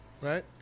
right